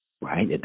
Right